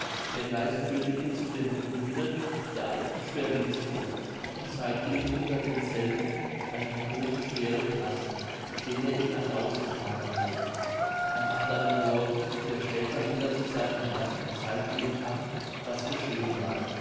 der geist führte ihn zu den ruinen der alten schwerinsburg und zeigte ihm unter denselben einen großen schweren kasten den er ihm nach hause tragen half am anderen morgen ging der schäfer wieder zu seinem herrn und zeigte ihm an was geschehen war